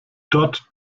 dort